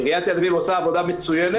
עירית תל אביב עושה עבודה מצוינת,